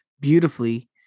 beautifully